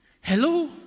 hello